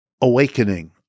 awakening